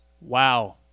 Wow